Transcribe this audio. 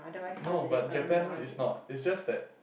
no but Japan one is not it's just that